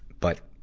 but,